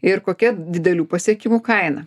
ir kokia didelių pasiekimų kaina